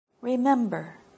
Remember